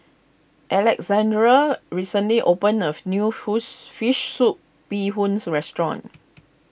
Alessandra recently opened of New Fish Soup Bee Hoon so restaurant